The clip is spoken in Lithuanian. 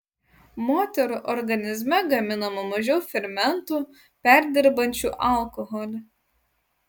moterų organizme gaminama mažiau fermentų perdirbančių alkoholį